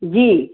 जी